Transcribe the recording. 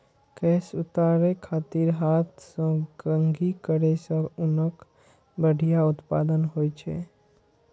केश उतारै खातिर हाथ सं कंघी करै सं ऊनक बढ़िया उत्पादन होइ छै